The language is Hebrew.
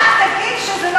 רק תגיד שזה לא,